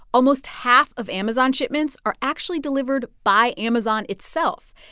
almost half of amazon shipments are actually delivered by amazon itself.